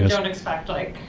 don't expect, like,